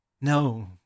no